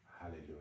Hallelujah